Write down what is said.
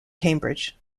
cambridge